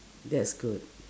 that's good